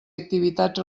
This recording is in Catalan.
activitats